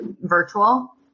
virtual